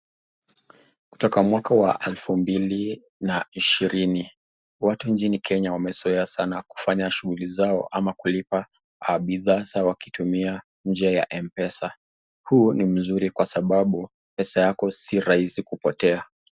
Kutoka mwaka wa elfu mbili na ishirini, watu nchini Kenya wamezoea sana kufanya shughuli za ama kulipa bidhaa zao wakitumia njia ya mpesa. Huu ni mzuri kwa sababu pesa yako si rahisi kupotea.